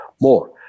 more